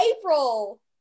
april